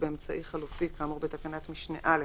באמצעי חלופי כאמור בתקנת משנה (א),